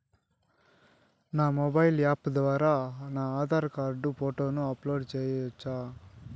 నా mobile app ద్వారా నా ఆధార్ కార్డు ఫోటోను అప్లోడ్ సేయొచ్చా?